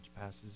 passes